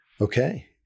Okay